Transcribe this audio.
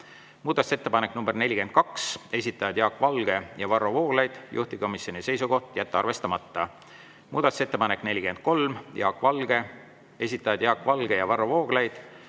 Muudatusettepanek nr 42, esitajad Jaak Valge ja Varro Vooglaid, juhtivkomisjoni seisukoht on jätta arvestamata. Muudatusettepanek nr 43, esitajad Jaak Valge ja Varro Vooglaid,